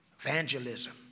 evangelism